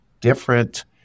different